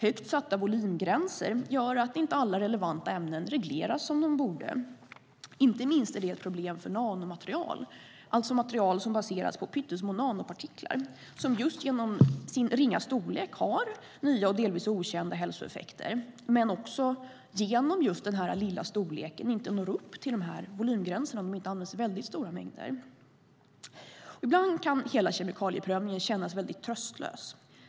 Högt satta volymgränser gör att inte alla relevanta ämnen regleras som de borde. Inte minst är det ett problem med nanomaterial, alltså material som baseras på pyttesmå nanopartiklar som just genom sin ringa storlek har nya och delvis okända hälsoeffekter, men också genom just den lilla storleken inte når upp till de här volymgränserna, om de inte används i väldigt stora mängder. Ibland kan hela kemikalieprövningen kännas väldigt tröstlös.